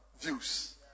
views